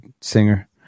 singer